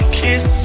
kiss